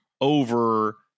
over